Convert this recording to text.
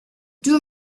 two